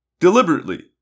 Deliberately